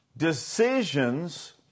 Decisions